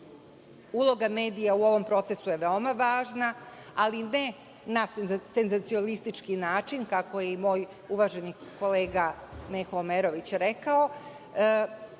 medija u ovom procesu je veoma važna, ali ne na senzacionalistički način kako je i moj uvaženi kolega Meho Omerović rekao